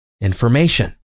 Information